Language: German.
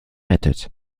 rettet